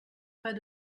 pas